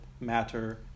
matter